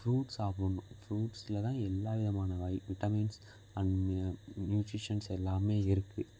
fruits சாப்பிட்ணும் ஃப்ரூட்ஸ்லதான் எல்லா விதமான வை விட்டமின்ஸ் அண்ட் நியூட்ரிஷியன்ஸ் எல்லாமே இருக்குது